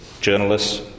journalists